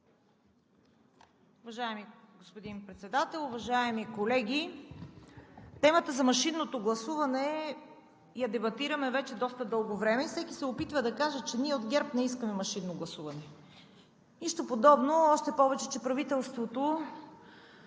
Уважаеми господин Председател, уважаеми колеги! Темата за машинното гласуване я дебатираме вече доста дълго време и всеки се опитва да каже, че ние от ГЕРБ не искаме машинно гласуване. Нищо подобно, още повече че правителството